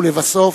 ולבסוף,